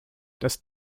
dass